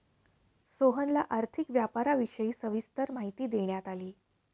सोहनला आर्थिक व्यापाराविषयी सविस्तर माहिती देण्यात आली